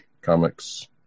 Comics